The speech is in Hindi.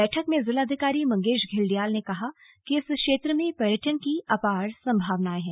बैठक में जिलाधिकारी मंगेश घिल्डियाल ने कहा कि इस क्षेत्र में पर्यटन की अपार संभावनाएं हैं